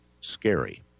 scary